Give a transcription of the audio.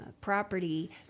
property